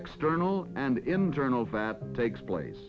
external and internal that takes place